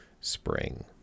spring